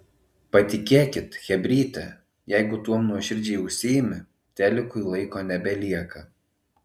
patikėkit chebryte jeigu tuom nuoširdžiai užsiimi telikui laiko nebelieka